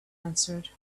answered